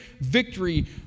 victory